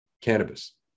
Cannabis